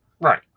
right